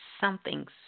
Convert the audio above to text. something's